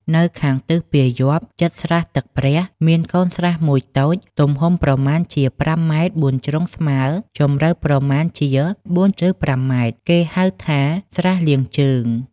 នៅខាងទិសពាយ័ព្យ ជិតស្រះទឹកព្រះ មានកូនស្រះមួយតូច ទំហំប្រមាណជា ៥ ម. បួនជ្រុងស្មើ ជម្រៅប្រមាណជា ៤ ឬ ៥ ម., គេហៅថា ស្រះលាងជើង ។